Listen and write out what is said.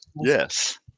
Yes